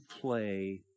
play